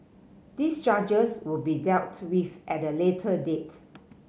these charges will be dealt with at a later date